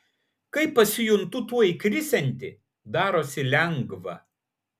kai pasijuntu tuoj krisianti darosi lengva